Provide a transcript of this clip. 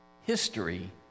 History